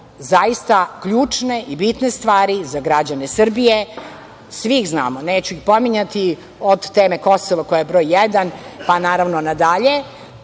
zaista ključne i bitne stvari za građane Srbije, svi iz znamo, neću ih pominjati, od teme Kosovo koja je broj jedan, pa na dalje.